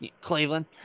Cleveland